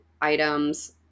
items